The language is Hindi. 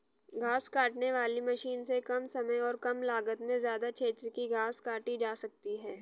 घास काटने वाली मशीन से कम समय और कम लागत में ज्यदा क्षेत्र की घास काटी जा सकती है